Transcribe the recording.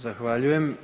Zahvaljujem.